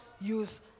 use